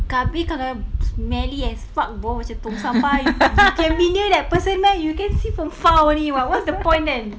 tapi kalau smelly as fuck bau macam tong sampah you can be near that person meh you can see from far only what what's the point then